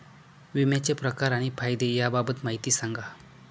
विम्याचे प्रकार आणि फायदे याबाबत माहिती सांगा